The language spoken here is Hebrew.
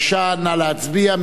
נא להצביע.